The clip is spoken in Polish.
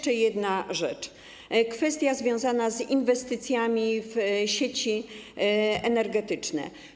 Kolejna rzecz - kwestia związana z inwestycjami w sieci energetyczne.